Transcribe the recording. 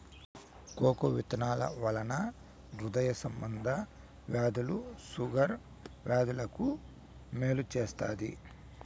cocoa విత్తనాల వలన హృదయ సంబంధ వ్యాధులు షుగర్ వ్యాధులకు మేలు చేత్తాది